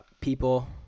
people